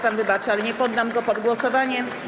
Pan wybaczy, ale nie poddam go pod głosowanie.